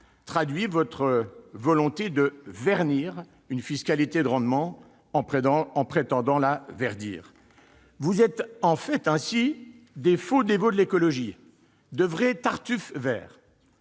traduit votre volonté de vernir une fiscalité de rendement en prétendant la verdir ... Vous êtes en fait de faux dévots de l'écologie, de vrais tartuffes verts.